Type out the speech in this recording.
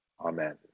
Amen